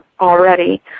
already